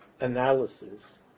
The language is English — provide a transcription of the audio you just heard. analysis